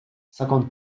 cinquante